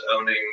owning